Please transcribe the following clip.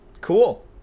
Cool